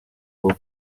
bwo